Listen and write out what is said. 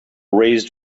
raised